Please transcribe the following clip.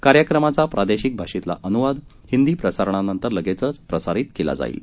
कार्यक्रमाचा प्रादेशिक भाषेतला अनुवाद हिंदी प्रसारणानंतर लगेचच प्रसारित केला जाईल